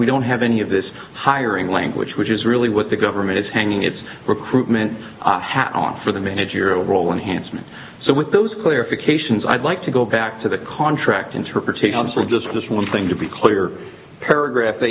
we don't have any of this hiring language which is really what the government is hanging its recruitment hat on for the managerial role and hanson so with those clarifications i'd like to go back to the contract interpretations for just this one thing to be clear paragraph